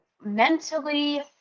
mentally